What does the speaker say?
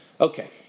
Okay